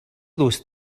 those